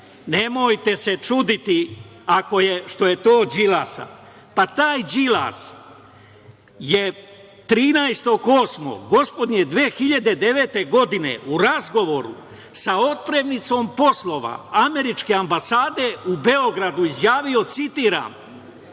nemojte se čuditi što je to od Đilasa. Pa, taj Đilas je 13.08. gospodnje 2009. godine u razgovoru sa otpremnicom poslova američke ambasade u Beogradu izjavio, citiram: